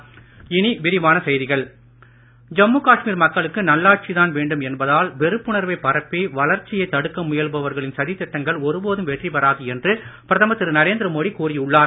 மனதின் குரல் ஜம்மு காஷ்மீர் மக்களுக்கு நல்லாட்சிதான் வேண்டும் என்பதால் வெறுப்புணர்வை பரப்பி வளர்ச்சியை தடுக்க முயல்பவர்களின் சதி திட்டங்கள் ஒருபோதும் வெற்றி பெறாது என்று பிரதமர் திரு நரேந்திர மோடி கூறியுள்ளார்